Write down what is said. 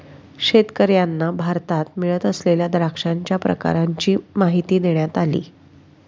शेतकर्यांना भारतात मिळत असलेल्या द्राक्षांच्या प्रकारांची माहिती देण्यात आली